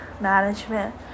management